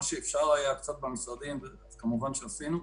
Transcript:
מה שאפשר היה, קצת במשרדים, כמובן שעשינו.